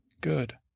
good